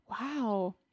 Wow